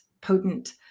potent